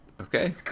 okay